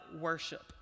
worship